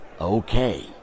okay